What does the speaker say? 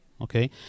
Okay